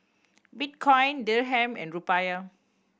Bitcoin Dirham and Rupiah